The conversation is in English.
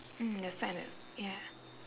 mm the side lah ya